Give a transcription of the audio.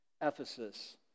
Ephesus